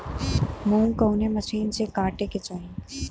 मूंग कवने मसीन से कांटेके चाही?